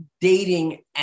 dating